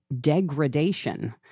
degradation